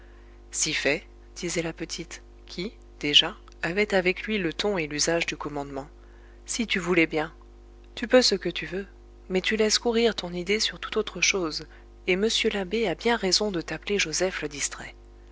si fait disait la petite qui déjà avait avec lui le ton et l'usage du commandement si tu voulais bien tu peux ce que tu veux mais tu laisses courir ton idée sur toute autre chose et monsieur l'abbé a bien raison de t'appeler joseph le distrait